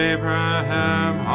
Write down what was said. Abraham